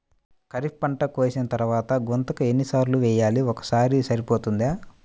ఖరీఫ్ పంట కోసిన తరువాత గుంతక ఎన్ని సార్లు వేయాలి? ఒక్కసారి సరిపోతుందా?